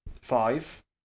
five